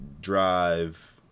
drive